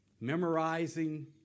memorizing